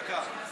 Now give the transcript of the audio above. דקה.